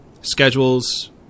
Schedules